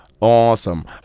Awesome